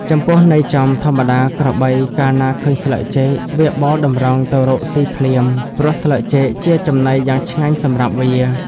ចំពោះន័យចំ ធម្មតា ក្របី កាលណាឃើញស្លឹកចេក វាបោលតម្រង់ទៅរកស៊ីភ្លាម ព្រោះស្លឹកចេកជាចំណីយ៉ាងឆ្ងាញ់សម្រាប់វា ។